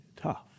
tough